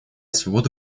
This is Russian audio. свободы